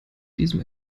diesem